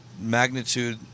magnitude